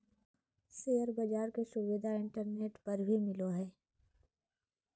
share बाज़ार के सुविधा इंटरनेट पर भी मिलय हइ